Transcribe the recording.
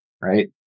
Right